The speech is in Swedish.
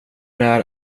när